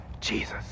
Jesus